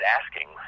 asking